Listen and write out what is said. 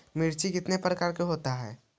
मिर्ची कितने प्रकार का होता है?